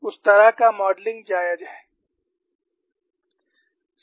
उस तरह का मॉडलिंग जायज है